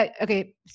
okay